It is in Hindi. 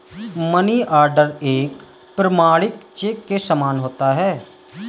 मनीआर्डर एक प्रमाणिक चेक के समान होता है